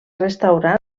restaurants